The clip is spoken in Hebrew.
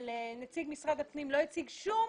נציג משרד הפנים לא הציג שום